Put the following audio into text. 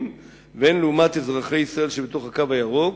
והן לעומת אזרחי ישראל שבתחומי "הקו הירוק".